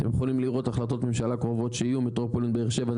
אתם יכולים לראות החלטות ממשלה קרובות שיהיו מטרופולין באר שבע,